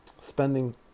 spending